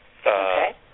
Okay